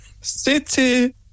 City